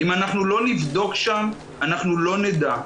אם לא נבדוק שם אנחנו לא נדע.